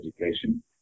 education